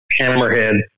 hammerhead